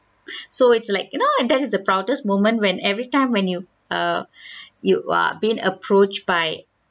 so it's like you know that is the proudest moment when every time when you err you are being approached by